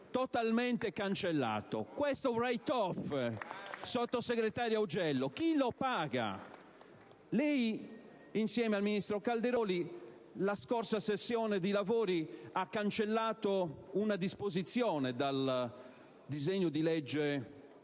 del Parlamento, sottosegretario Augello, chi lo paga? Lei, insieme al ministro Calderoli, la scorsa sessione di lavori ha stralciato una disposizione dal disegno di legge